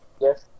yes